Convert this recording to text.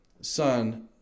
son